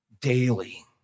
daily